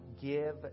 give